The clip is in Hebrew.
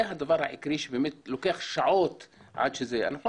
זה הדבר העיקרי שבאמת לוקח שעות עד שזה --- נכון